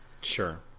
Sure